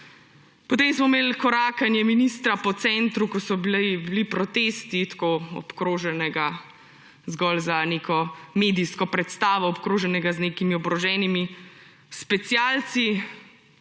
Potem smo imeli korakanje ministra po centru, ko so bili protesti, zgolj za neko medijsko predstavo, obkroženega z nekimi oboroženimi specialci.